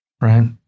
right